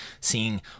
seeing